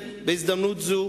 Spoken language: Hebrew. בהזדמנות זאת